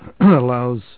allows